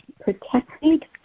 protected